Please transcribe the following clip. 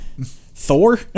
Thor